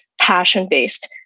passion-based